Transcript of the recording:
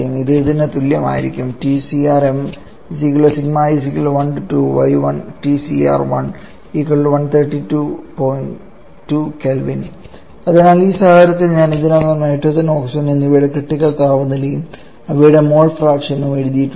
ഇത് ഇതിന് തുല്യമായിരിക്കും അതിനാൽ ഈ സാഹചര്യത്തിൽ ഞാൻ ഇതിനകം നൈട്രജൻ ഓക്സിജൻ എന്നിവയുടെ ക്രിട്ടിക്കൽ താപനിലയും അവയുടെ മോൾ ഫ്രാക്ഷൻ ഉം എഴുതിയിട്ടുണ്ട്